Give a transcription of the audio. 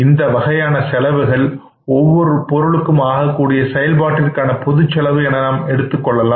இந்த வகையான செலவுகள் ஒவ்வொரு பொருளுக்கும் ஆகக்கூடிய செயல்பாட்டிற்கான பொதுச் செலவு என எடுத்துக்கொள்ளலாம்